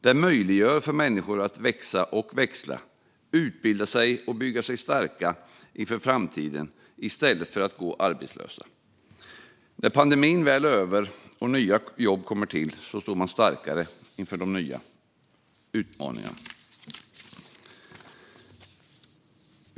Det möjliggör för människor att växa och växla, utbilda sig och bygga sig starka inför framtiden i stället för att gå arbetslösa. När pandemin väl är över och nya jobb kommer till står man starkare inför de nya utmaningarna.